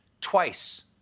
twice